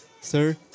sir